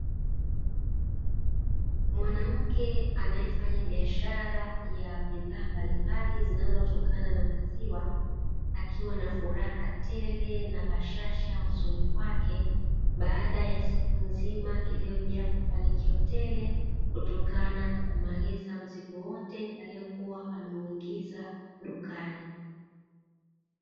Mwanamke anayefanya biashara ya bidhaa mbali mbali zinazotakana na maziwa, akiwa na furaha tele na bashasha usoni kwake, baada ya siku nzima iliyo jaa mafanikio tele kutokana na kumaliza mzigo wote aliokuwa ameuingiza dukani.